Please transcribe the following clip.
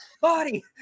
Body